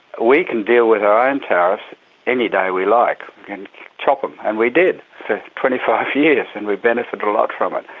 we can deal with our own tariffs any day we like, we can chop them, and we did for twenty five years and we benefited a lot from it.